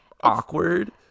awkward